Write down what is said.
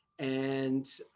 and